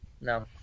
no